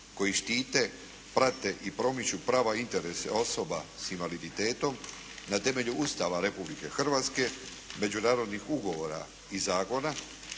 koji štite, prate i promiču prava i interese osoba s invaliditetom na temelju Ustava Republike Hrvatske, međunarodnih ugovora i zakona,